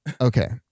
Okay